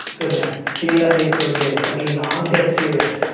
good man, give me an update in thirty days, send me an email. i'm dead serious.